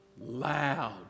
loud